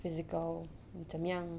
physical 你怎么样